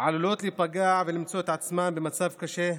עלולות להיפגע ולמצוא את עצמן במצב קשה,